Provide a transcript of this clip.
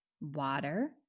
Water